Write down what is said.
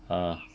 ah